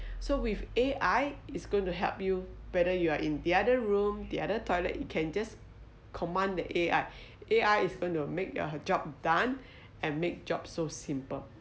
so with A_I is going to help you whether you are in the other room the other toilet you can just command the A_I A_I is going to make your job done and make job so simple